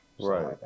Right